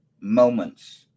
moments